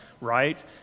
Right